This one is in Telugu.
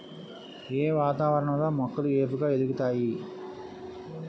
ఏ వాతావరణం లో మొక్కలు ఏపుగ ఎదుగుతాయి?